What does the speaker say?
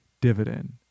dividend